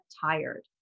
tired